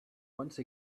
once